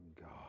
God